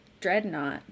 Dreadnought